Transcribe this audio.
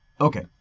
Okay